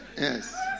Yes